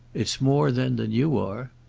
it's more then than you are.